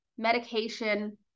Medication